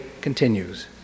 continues